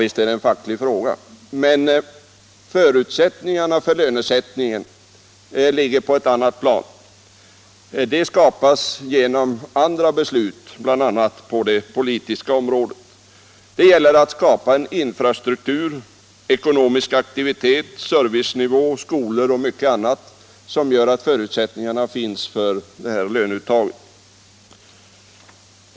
Visst är det en facklig fråga, men förutsättningarna för lönesättningen ligger på ett annat plan — de skapas genom andra beslut, bl.a. på det politiska området. Det gäller att skapa en infrastruktur, ekonomisk aktivitet, servicenivå, skolor och mycket annat som gör att förutsättningarna finns för löneuttaget.